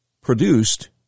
produced